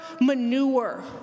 manure